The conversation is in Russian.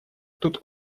тут